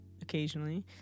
occasionally